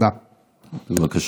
אתה צריך